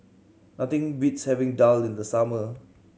nothing beats having daal in the summer